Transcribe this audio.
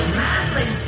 madly